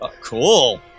Cool